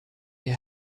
your